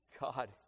God